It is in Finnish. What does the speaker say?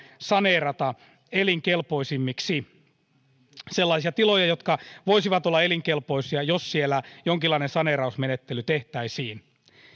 saneerata elinkelpoisemmiksi näitä maatiloja sellaisia tiloja jotka voisivat olla elinkelpoisia jos siellä jonkinlainen saneerausmenettely tehtäisiin